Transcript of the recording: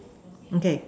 okay